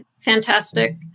Fantastic